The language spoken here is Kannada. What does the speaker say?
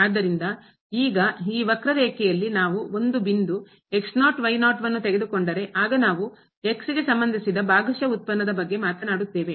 ಆದ್ದರಿಂದ ಈಗ ಈ ವಕ್ರರೇಖೆಯಲ್ಲಿ ನಾವು ಒಂದು ಬಿಂದು ವನ್ನು ತೆಗೆದುಕೊಂಡರೆ ಆಗ ನಾವು ಗೆ ಸಂಬಂಧಿಸಿದ ಭಾಗಶಃ ಉತ್ಪನ್ನದ ಬಗ್ಗೆ ಮಾತನಾಡುತ್ತೇವೆ